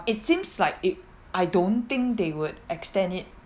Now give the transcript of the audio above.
it seems like it I don't think they would extend it